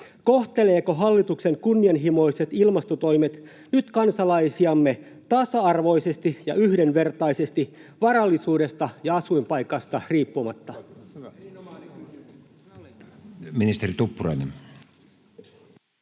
kohtelevatko hallituksen kunnianhimoiset ilmastotoimet nyt kansalaisiamme tasa-arvoisesti ja yhdenvertaisesti varallisuudesta ja asuinpaikasta riippumatta?